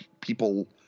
people